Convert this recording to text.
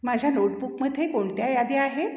माझ्या नोटबुकमध्ये कोणत्या याद्या आहेत